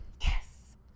Yes